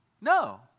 No